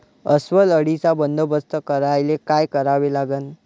अस्वल अळीचा बंदोबस्त करायले काय करावे लागन?